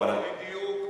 אבל התקציב,